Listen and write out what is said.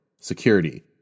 security